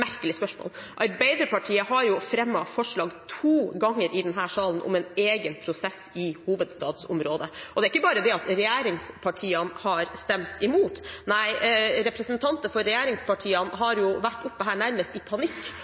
merkelig spørsmål. Arbeiderpartiet har fremmet forslag to ganger i denne salen om en egen prosess i hovedstadsområdet, og det er ikke bare det at regjeringspartiene har stemt imot. Nei, representanter for regjeringspartiene har vært her oppe nærmest i panikk